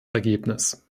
ergebnis